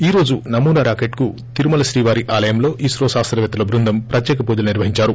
ఈరోజు నమూనా రాకెట్కు తిరుమల శ్రీవారి ఆలయంలో ఇస్తో శాస్రవేత్తల బృందం ప్రత్యేక పూజలు నిర్వహించారు